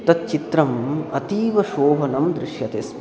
तच्चित्रम् अतीव शोभनं दृश्यते स्म